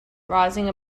rising